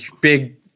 big